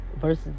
versus